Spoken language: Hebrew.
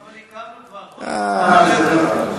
אבל הקמנו כבר, עוד פעם אתה אומר לי את זה.